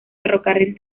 ferrocarril